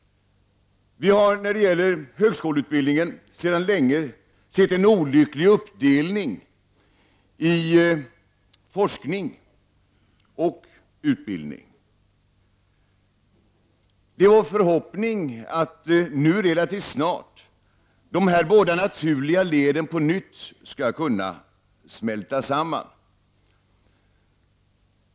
Vi har när det gäller högskoleutbildningen sedan länge sett en olycklig uppdelning i forskning och utbildning. Det är vår förhoppning att dessa båda naturliga led relativt snart skall kunna smälta samman.